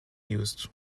used